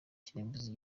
kirimbuzi